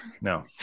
no